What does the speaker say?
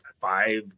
five –